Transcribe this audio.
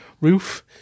roof